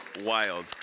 wild